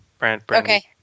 Okay